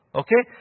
okay